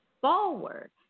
forward